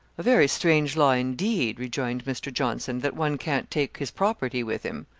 a very strange law indeed, rejoined mr. johnson, that one can't take his property with him.